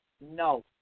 No